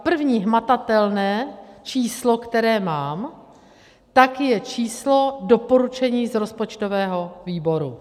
První hmatatelné číslo, které mám, je číslo doporučení z rozpočtového výboru.